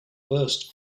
burst